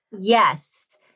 Yes